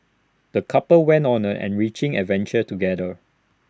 the couple went on an enriching adventure together